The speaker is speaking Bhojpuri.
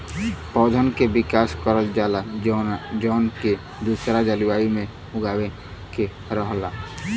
पौधन के विकास करल जाला जौन के दूसरा जलवायु में उगावे के रहला